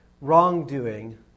wrongdoing